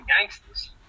gangsters